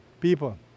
people